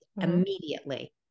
Immediately